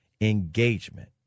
Engagement